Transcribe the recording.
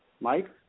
Mike